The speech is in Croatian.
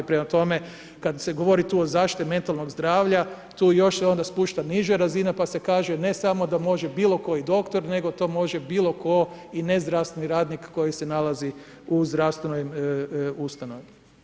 Prema tome, kada se govori tu o zaštiti metalnog zdravlja, tu još se onda spušta niža razina, pa se kaže, ne samo da može bilo koji doktor, nego to može bilo tko i ne zdravstveni radnik koji se nalazi u zdravstvenoj ustanovi.